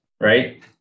right